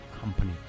company